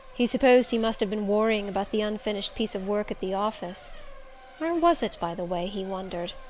he supposed he must have been worrying about the unfinished piece of work at the office where was it, by the way, he wondered?